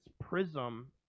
Prism